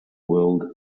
world